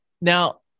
now